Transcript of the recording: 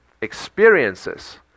experiences